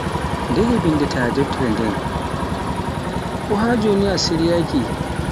Ndeye binndata defttere nden, ko haa joni a sirya ki.